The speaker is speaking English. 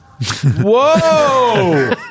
Whoa